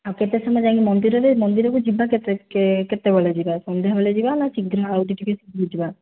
ଆଉ କେତେ ସମୟ ଯାଇକି ମନ୍ଦିରରେ ମନ୍ଦିରକୁ ଯିବା କେତେ କେତେବେଳେ ଯିବା ସନ୍ଧ୍ୟାବେଳେ ଯିବା ନା ଶୀଘ୍ର ଆଉ ଟିକିଏ ଶୀଘ୍ର ଯିବା